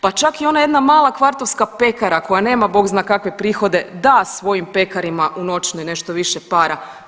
Pa čak i ona jedna mala kvartovska pekara koja nema Bog zna kakve prihode da svojim pekarima u noćnoj nešto više para.